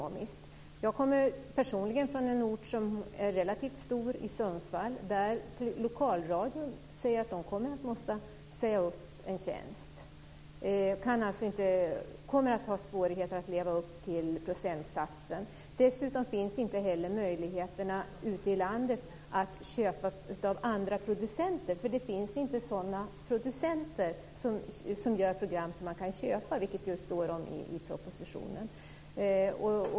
Jag kommer personligen från en ort som är relativt stor, Sundsvall. Där säger lokalradion att de måste säga upp en person, de kommer att ha svårigheter med att leva upp till den uppsatta procentsatsen. Dessutom finns inte heller möjligheter att ute i landet köpa av andra producenter, för det finns inte sådana producenter som gör program som man kan köpa, som det talas om i propositionen.